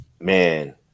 Man